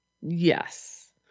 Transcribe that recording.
Yes